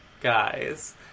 guys